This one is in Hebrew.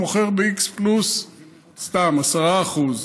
ב-x פלוס 10% סתם.